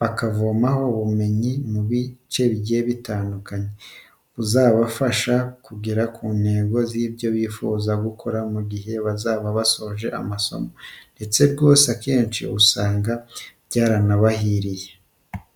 bakavoma ubumenyi mu bice bigiye bitandukanye buzabafasha kugera ku ntego z'ibyo bifuza gukora mu gihe bazaba basoje amasomo ndetse rwose akenshi ugasanga byaranabahiriye.